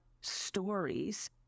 stories